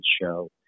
show